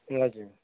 हजुर